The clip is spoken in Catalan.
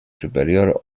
superior